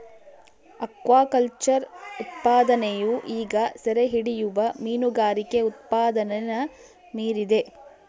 aquaculture ಉತ್ಪಾದನೆಯು ಈಗ ಸೆರೆಹಿಡಿಯುವ ಮೀನುಗಾರಿಕೆ ಉತ್ಪಾದನೆನ ಮೀರಿದೆ